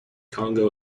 congo